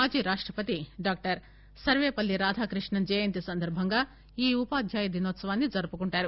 మాజీ రాష్టపతి డాక్టర్ సర్వేపల్లి రాధాకృషన్లన్ జయంతి సందర్బంగాఈ ఉపాధ్యాయ దినోత్సవాన్ని జరుపుకుంటారు